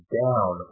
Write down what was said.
down